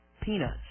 Peanuts